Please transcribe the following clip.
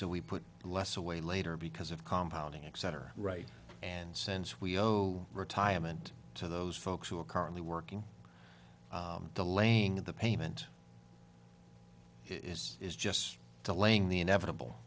so we put less away later because of compound etc right and since we owe retirement to those folks who are currently working the laying of the payment is is just delaying the inevitable